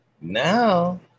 now